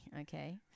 okay